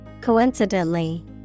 Coincidentally